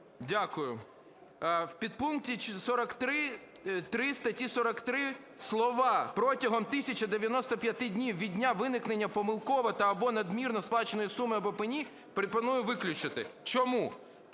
Дякую. В підпункті 43.3 статті 43 слова "протягом 1095 днів від дня виникнення помилково та/або надмірно сплаченої суми або пені" пропоную виключити. Чому?